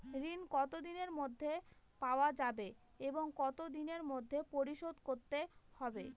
ঋণ কতদিনের মধ্যে পাওয়া যাবে এবং কত দিনের মধ্যে পরিশোধ করতে হবে?